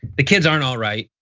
the kids aren't all right.